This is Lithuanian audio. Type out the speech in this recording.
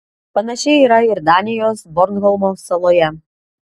panašiai yra ir danijos bornholmo saloje